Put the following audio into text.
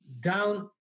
Down